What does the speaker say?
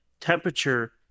temperature